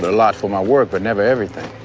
lot for my work, but never everything.